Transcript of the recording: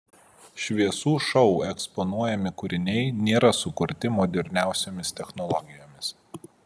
šviesų šou eksponuojami kūriniai nėra sukurti moderniausiomis technologijomis